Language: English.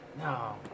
No